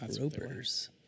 Ropers